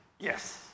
Yes